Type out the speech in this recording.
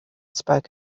spoke